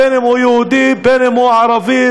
בין אם הוא יהודי,